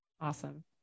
Awesome